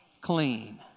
clean